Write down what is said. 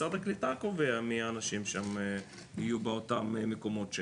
משרד הקליטה קובע מי האנשים שיהיו באותם מקומות,